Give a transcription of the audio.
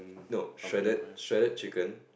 no shredded shredded chicken